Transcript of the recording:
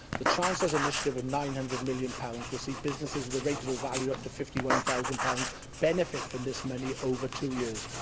the chancellor's initiative of nine hundred million pounds will see businesses with a rateable value of up to fifty one thousand pounds benefit from this money over two years.